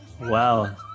Wow